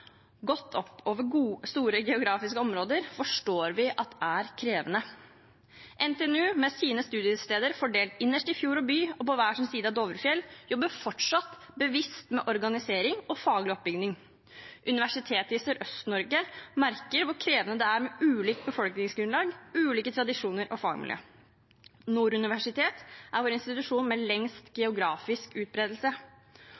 over store geografiske områder forstår vi at er krevende. NTNU, med sine studiesteder fordelt innerst i fjord og by og på hver sin side av Dovrefjell, jobber fortsatt bevisst med organisering og faglig oppbygging. Universitetet i Sørøst-Norge merker hvor krevende det er med ulikt befolkningsgrunnlag, ulike tradisjoner og fagmiljøer. Nord universitet er den institusjonen med